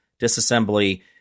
disassembly